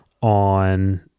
on